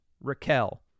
Raquel